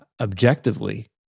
objectively